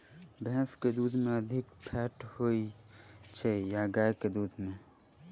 भैंस केँ दुध मे अधिक फैट होइ छैय या गाय केँ दुध में?